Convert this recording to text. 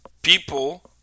People